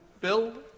Bill